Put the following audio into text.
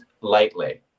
lightly